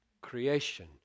creation